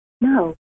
No